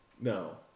No